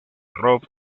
rob